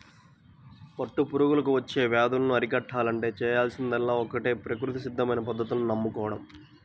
పట్టు పురుగులకు వచ్చే వ్యాధులను అరికట్టాలంటే చేయాల్సిందల్లా ఒక్కటే ప్రకృతి సిద్ధమైన పద్ధతులను నమ్ముకోడం